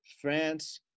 France